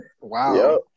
Wow